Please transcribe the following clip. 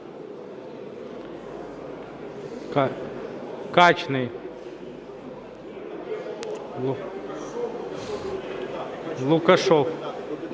Качний. Лукашев.